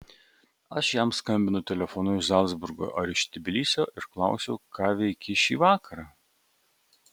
aš jam skambinu telefonu iš zalcburgo ar iš tbilisio ir klausiu ką veiki šį vakarą